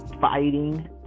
fighting